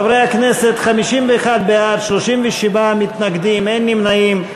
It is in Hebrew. חברי הכנסת, 51 בעד, 37 מתנגדים ואין נמנעים.